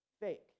fake